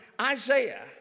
Isaiah